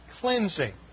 cleansing